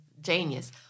genius